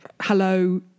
hello